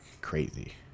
crazy